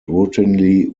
routinely